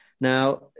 Now